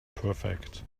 perfect